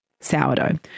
sourdough